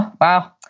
Wow